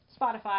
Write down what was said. Spotify